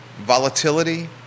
volatility